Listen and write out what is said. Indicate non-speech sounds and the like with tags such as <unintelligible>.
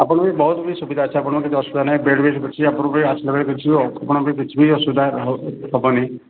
ଆପଣଙ୍କ ପାଇଁ ବହୁତ କିଛି ସୁବିଧା ଅଛି ଆପଣଙ୍କର କିଛି ଅସୁବିଧା ନାହିଁ ବେଡ଼୍ ବି ଅଛି ଆପଣଙ୍କ ପାଇଁ ହାଉସ୍କିପିଙ୍ଗ୍ ଅଛି ଆପଣଙ୍କର କିଛି ବି ଆସୁବିଧା <unintelligible> ହେବନି